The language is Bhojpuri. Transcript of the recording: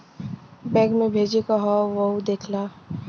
बैंक मे भेजे क हौ वहु देख ला